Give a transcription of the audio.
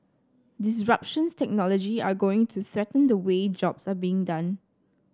disruptions technology are going to threaten the way jobs are being done